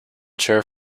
chair